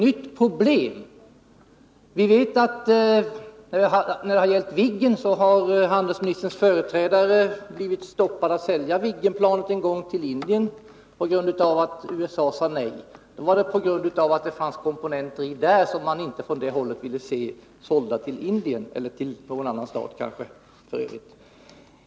Detta är alltså ett nytt problem. När det gällde Viggen vet vi att handelsministerns företrädare en gång hindrades att sälja Viggenplan till Indien på grund av att USA sade nej, därför att det där fanns komponenter som USA inte ville se sålda till Indien, eller kanske till någon annan stat.